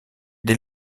dès